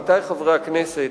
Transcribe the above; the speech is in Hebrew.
עמיתי חברי הכנסת,